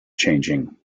changing